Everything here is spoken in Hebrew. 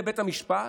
לבית המשפט,